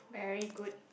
very good